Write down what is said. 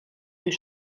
już